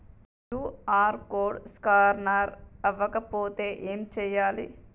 QR code scanner అవ్వకపోతే ఏం చేయాలి?